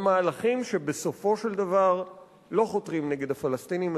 הם מהלכים שבסופו של דבר לא חותרים נגד הפלסטינים.